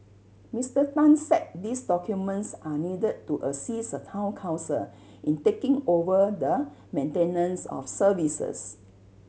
Mister Tan said these documents are needed to assist a Town Council in taking over the maintenance of services